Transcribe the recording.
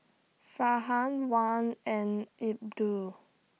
Farhan Wan and Abdul